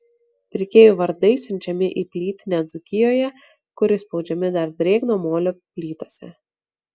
pirkėjų vardai siunčiami į plytinę dzūkijoje kur įspaudžiami dar drėgno molio plytose